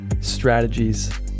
strategies